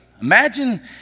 Imagine